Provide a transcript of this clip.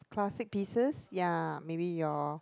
classic pieces ya maybe your